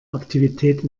aktivität